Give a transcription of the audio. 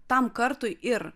tam kartui ir